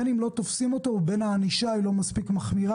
בין אם לא תופסים אותו ובין אם הענישה היא לא מספיק מחמירה.